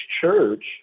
church